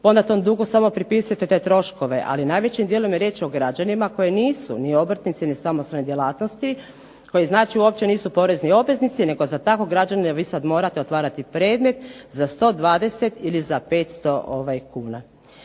onda tom dugu samo pripisujete te troškove, ali najvećim dijelom je riječ o građanima koji nisu ni obrtnici ni samostalne djelatnosti, koji znači uopće nisu porezni obveznici nego za takvog građanina vi sada morate otvarati predmet za 120 ili za 500 kuna.